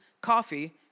coffee